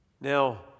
Now